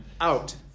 out